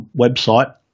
website